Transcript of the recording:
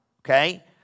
Okay